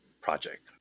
project